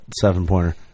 seven-pointer